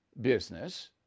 business